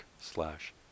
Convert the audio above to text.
slash